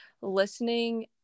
listening